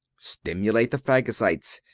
stimulate the phagocytes.